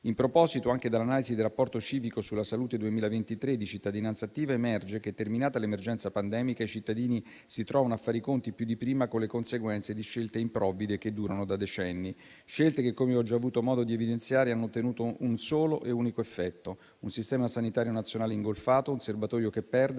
In proposito, anche dall'analisi del Rapporto civico sulla salute 2023 di Cittadinanzattiva, emerge che, terminata l'emergenza pandemica, i cittadini si trovano a fare i conti più di prima con le conseguenze di scelte improvvide che durano da decenni; scelte che, come ho già avuto modo di evidenziare, hanno ottenuto un solo e unico effetto: un Sistema sanitario nazionale ingolfato, un serbatoio che perde,